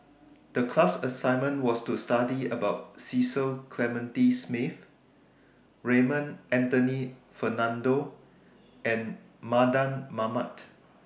The class assignment was to study about Cecil Clementi Smith Raymond Anthony Fernando and Mardan Mamat